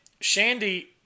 Shandy